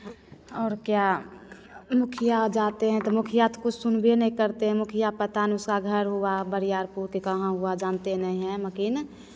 और क्या मुखिया आ जाते हैं तो मुखिया तो कुछ सुनबे नहीं करते हैं मुखिया पता न उसका घर हुआ बरियारपुर कि कहाँ हुआ जानते नहीं हैं लेकिन